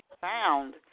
found